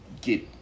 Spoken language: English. get